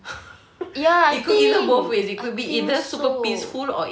ya I think aku so